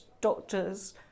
doctors